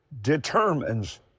determines